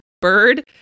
bird